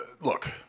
look